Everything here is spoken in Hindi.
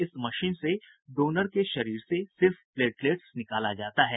इस मशीन से डोनर के शरीर से सिर्फ प्लेटलेट्स निकाला जाता है